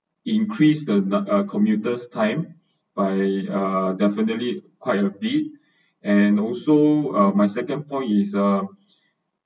increase the uh commuters time by uh definitely quite a big and also uh my second point is uh